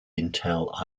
intel